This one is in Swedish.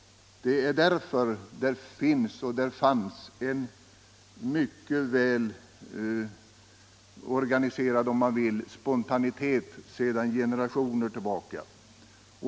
Det är därför som det finns och har funnits en — mycket väl organiserad, om man så vill — spontanitet sedan generationer tillbaka.